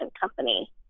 company